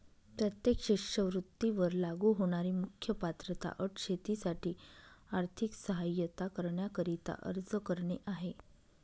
प्रत्येक शिष्यवृत्ती वर लागू होणारी मुख्य पात्रता अट शेतीसाठी आर्थिक सहाय्यता करण्याकरिता अर्ज करणे आहे